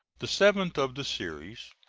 the seventh of the series,